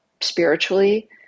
spiritually